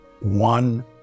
one